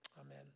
Amen